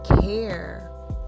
care